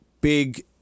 big